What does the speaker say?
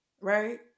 right